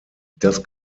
das